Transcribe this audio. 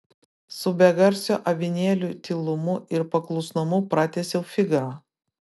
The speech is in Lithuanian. su begarsio avinėlio tylumu ir paklusnumu pratęsiau figaro